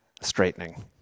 straightening